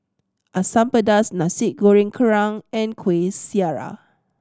Asam Pedas Nasi Goreng Kerang and Kuih Syara